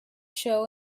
show